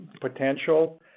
potential